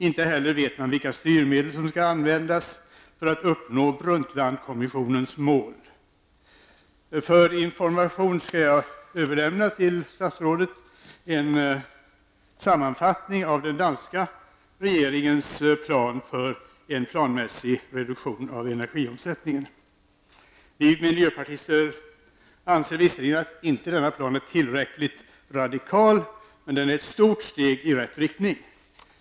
Inte heller vet man vilka styrmedel som skall användas för att uppnå Brundtlandkommissionens mål. För information skall jag överlämna till statsrådet en sammanfattning av den danska regeringens plan för en planmässig reduktion av energiomsättningen. Vi miljöpartister anser visserligen att denna plan inte är tillräckligt radikal, men den är ett stort steg i rätt riktning.